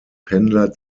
pendler